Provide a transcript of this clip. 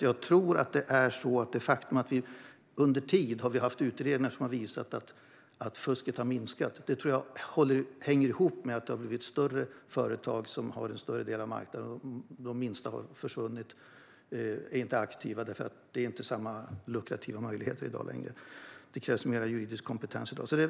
Att utredningar visar att fusket har minskat tror jag hänger ihop med att större företag har en större del av marknaden och att de minsta har försvunnit eller är inaktiva eftersom det inte är lika lukrativt längre och det krävs mer juridisk kompetens.